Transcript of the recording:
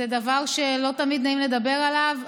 זה דבר שלא תמיד נעים לדבר עליו,